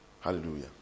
Hallelujah